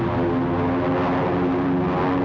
you know